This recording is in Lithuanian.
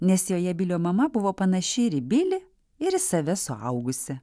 nes joje bilio mama buvo panaši ir į bilį ir į save suaugusią